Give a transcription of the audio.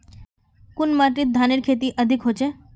कुन माटित धानेर खेती अधिक होचे?